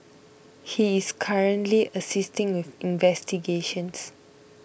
he is currently assisting with investigations